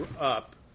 up